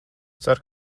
ceru